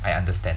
I understand